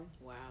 Wow